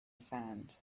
sand